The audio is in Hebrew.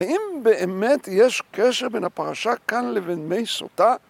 האם באמת יש קשר בין הפרשה כאן לבין מי סוטה?